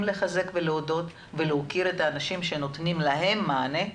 לחזק ולהודות ולהוקיר את האנשים שנותנים להם מענה,